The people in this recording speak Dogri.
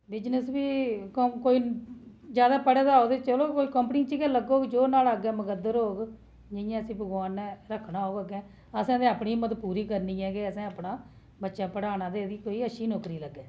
बिज़नेस बी कोई जादै पढ़े दा होग ते चलो कोई कंपनी च गै लग्गग जो न्हाड़ा अग्गें मुकद्दर होग जि'यां इसी भगवान नै रक्खना होग अग्गें असें अपनी हिम्मत पूरी करनी ऐ कि असें अपना बच्चा पढ़ाना ते एह्दी कोई अच्छी नौकरी लग्गै